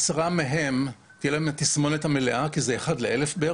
לעשרה מהם תהיה התסמונת המלאה, כי זה אחד לאלף.